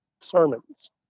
sermons